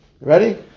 Ready